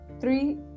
Three